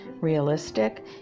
realistic